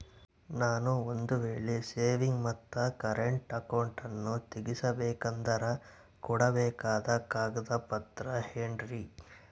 ನಾನು ಒಂದು ವೇಳೆ ಸೇವಿಂಗ್ಸ್ ಮತ್ತ ಕರೆಂಟ್ ಅಕೌಂಟನ್ನ ತೆಗಿಸಬೇಕಂದರ ಕೊಡಬೇಕಾದ ಕಾಗದ ಪತ್ರ ಏನ್ರಿ?